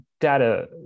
data